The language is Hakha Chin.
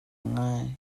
ngai